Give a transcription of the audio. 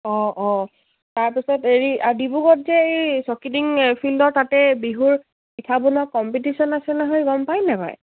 অঁ অঁ তাৰপিছত হেৰি আৰু ডিব্ৰুগড়ত যে এই চৌকিডিং ফিল্ডৰ তাতে বিহুৰ পিঠা বনোৱা কম্পিটিশ্যন আছে নহয় গম পাই নে নেপায়